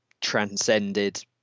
transcended